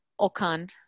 Okan